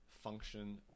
function